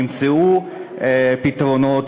נמצאו פתרונות,